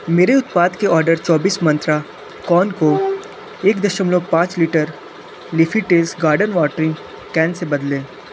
मेरे उत्पाद के ऑर्डर चौबीस मंत्रा कॉर्न को एक दशमलव पाँच litre leafy tails garden watering can से बदलें